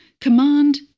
Command